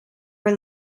were